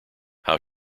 how